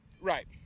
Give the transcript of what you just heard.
Right